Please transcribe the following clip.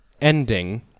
ending